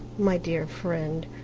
my dear friend,